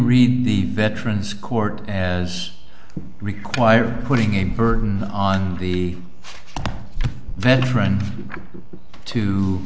read the veterans court as required putting a burden on the veteran to